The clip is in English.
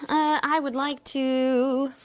i would like to